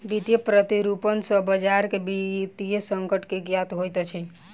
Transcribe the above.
वित्तीय प्रतिरूपण सॅ बजार के वित्तीय संकट के ज्ञात होइत अछि